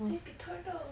save the turtle